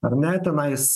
ar ne tenais